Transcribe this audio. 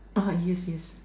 ah yes yes